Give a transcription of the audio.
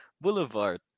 Boulevard